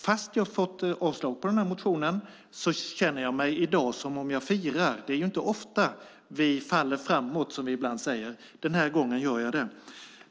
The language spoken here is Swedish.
Fast jag får avslag på motionen känner jag mig i dag som om jag firar. Det är inte ofta vi faller framåt, som vi ibland säger. Den här gången gör jag det.